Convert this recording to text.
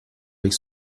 avec